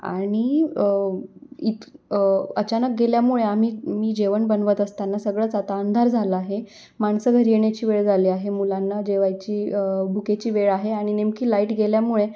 आणि इथ अचानक गेल्यामुळे आम्ही मी जेवण बनवत असताना सगळंच आता अंधार झाला आहे माणसं घरी येण्याची वेळ झाली आहे मुलांना जेवायची भुकेची वेळ आहे आणि नेमकी लाईट गेल्यामुळे